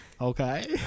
Okay